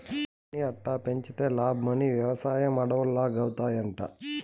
కానీ అట్టా పెంచితే లాబ్మని, వెవసాయం అడవుల్లాగౌతాయంట